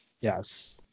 yes